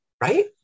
Right